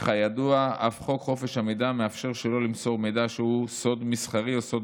וכידוע אף חוק חופש המידע מאפשר שלא למסור מידע שהוא סוד מסחרי או סוד